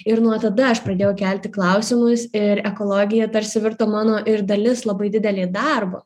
ir nuo tada aš pradėjau kelti klausimus ir ekologija tarsi virto mano ir dalis didelė darbo